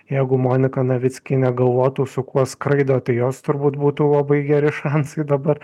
jeigu monika navickienė galvotų su kuo skraido tai jos turbūt būtų labai geri šansai dabar